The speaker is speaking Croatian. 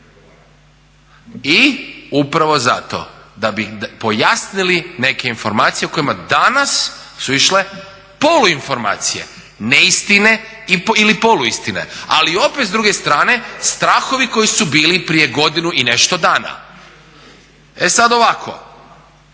i upravo zato da bi pojasnili neke informacije o kojima danas su išle poluinformacije, neistine ili poluistine. Ali opet s druge strane strahovi koji su bili prije godinu i nešto dana. E sada ovako,